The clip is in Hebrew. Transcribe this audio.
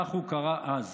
כך הוא קרא אז: